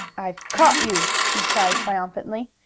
i've caught you! he cried triumphantly.